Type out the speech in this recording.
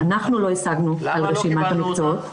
אנחנו לא הסגנו על רשימת המקצועות.